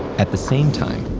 at the same time,